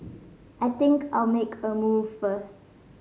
I think I'll make a move first